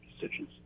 decisions